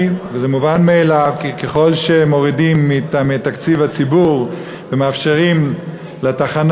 ככל שמורידים מהם את תקציב הציבור ומאפשרים לתחנה